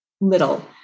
little